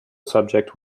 subject